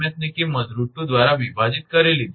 s ની કિંમત √2 દ્વારા વિભાજીત કરી લીધી છે